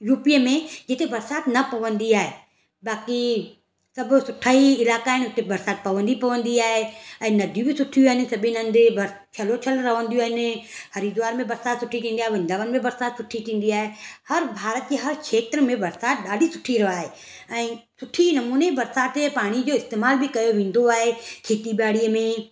यूपीअ में जिते बरसाति न पवंदी बाक़ी सभु सुठा ई इलाइक़ा आहिनि उते बरसाति पवंदी पवंदी आहे ऐं नदियूं बि सुठियूं आहिन सभिनि हंदि बर छलो छल रहंदियूं आहिनि हरिद्वार में बरसाति सुठी थींदी आहे वृंदावन में बरसाति सुठी थींदी आहे हर भारत जे हर खेत्र में बरसाति ॾाढी सुठी आहे ऐं सुठे नमूने बरसाति जे पाणी जो इस्तेमालु बि कयो वेंदो आहे खेतीबाड़ीअ में